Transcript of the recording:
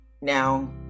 Now